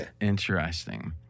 interesting